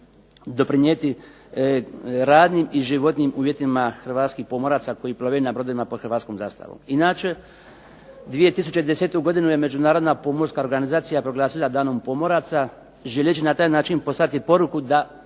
doprinijeti radnim i životnim uvjetima hrvatskih pomoraca koji plove na brodovima pod hrvatskom zastavom. Inače, 2010. godinu je Međunarodna pomorska organizacija proglasila danom pomoraca želeći na taj način poslati poruku da